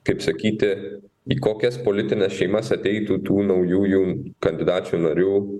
kaip sakyti į kokias politines šeimas ateitų tų naujųjų kandidačių narių